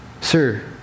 Sir